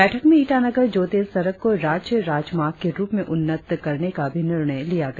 बैठक में ईटानगर जोते सड़क को राज्य राजमार्ग के रुप में उन्नत करने का भी निर्णय लिया गया